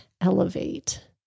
Elevate